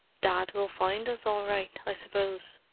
dad will find us all right, i suppose?